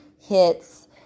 hits